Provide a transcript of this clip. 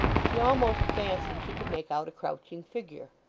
she almost fancied she could make out a crouching figure.